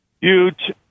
Huge